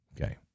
Okay